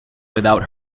without